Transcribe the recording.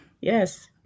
Yes